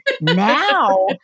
now